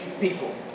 people